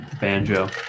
banjo